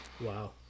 wow